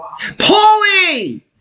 Paulie